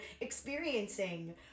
experiencing